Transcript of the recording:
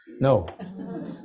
No